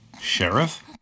Sheriff